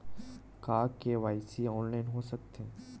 का KYC online हो सकथे?